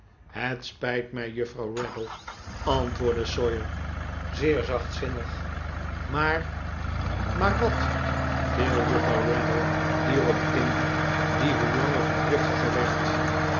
het spijt mij juffrouw raddle antwoordde sawyer zeer zachtzinnig maar juffrouw raddle ontlast haar gemoed maar wat wat viel juffrouw raddle hierop in die hoe langer hoe driftiger werd